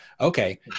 Okay